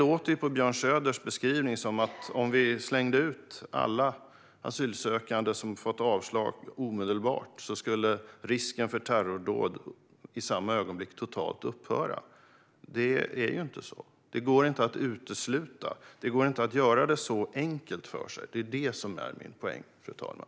Men på Björn Söders beskrivning låter det som att om vi omedelbart slängde ut alla asylsökande som fått avslag skulle risken för terrordåd i samma ögonblick försvinna. Så är det ju inte; det går inte att utesluta. Det går inte att göra det så enkelt för sig. Detta är min poäng, fru talman.